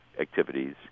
activities